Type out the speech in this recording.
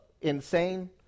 insane